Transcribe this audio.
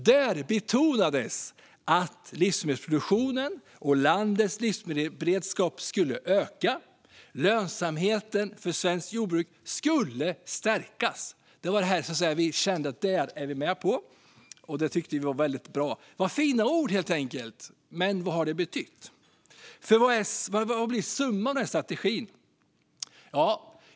Där betonades att livsmedelsproduktionen och landets livsmedelsberedskap skulle öka och att lönsamheten för svenskt jordbruk skulle stärkas. Det kände vi att vi var med på och tyckte var väldigt bra. Det var fina ord, helt enkelt. Men vad har de betytt? Vad är summan av strategin?